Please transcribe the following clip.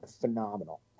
phenomenal